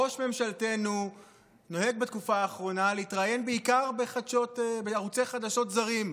ראש ממשלתנו נוהג בתקופה האחרונה להתראיין בעיקר בערוצי חדשות זרים,